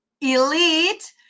elite